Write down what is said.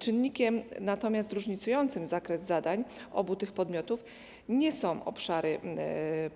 Czynnikiem różnicującym zakres zadań obu tych podmiotów nie są obszary